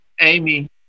Amy